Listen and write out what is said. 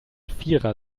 vierer